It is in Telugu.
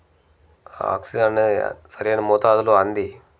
ఆక్సిజన్ అనేది సరైన మోతాదులో అంది